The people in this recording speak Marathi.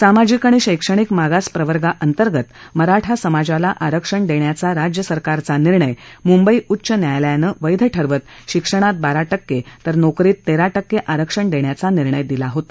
सामाजिक आणि शैक्षणिक मागास प्रवर्गाअंतर्गत मराठा समाजाला आरक्षण देण्याचा राज्यसरकारचा निर्णय मुंबई उच्च न्यायालयानं वैध ठरवत शिक्षणात बारा टक्के तर नोकरीत तेरा टक्के आरक्षण देण्याचा निर्णय दिला होता